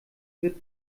wird